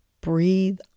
breathe